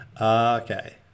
Okay